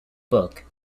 book